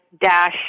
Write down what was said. dash